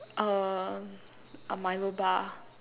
err a Milo bar